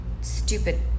Stupid